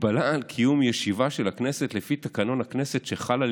הגבלה על קיום ישיבה של הכנסת לפי תקנון הכנסת שחל על